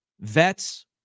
vets